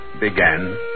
began